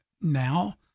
now